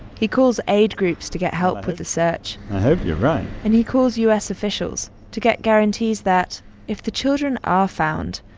he calls aid groups to get help with the search i hope you're right and he calls u s. officials to get guarantees that if the children are found,